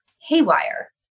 haywire